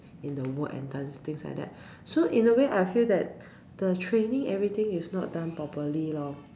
in the work and things like that so in a way I feel that the training everything is not done properly lor